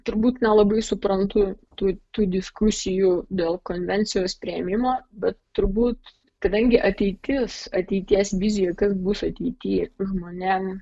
turbūt nelabai suprantu tų tų diskusijų dėl konvencijos priėmimo bet turbūt kadangi ateitis ateities vizija kas bus ateity žmonėm